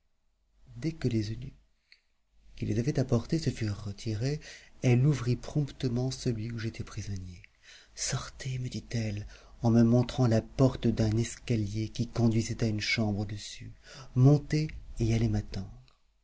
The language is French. dès que les eunuques qui les avaient apportés se furent retirés elle ouvrit promptement celui où j'étais prisonnier sortez me dit-elle en me montrant la porte d'un escalier qui conduisait à une chambre au-dessus montez et allez